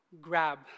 grab